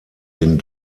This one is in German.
den